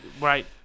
Right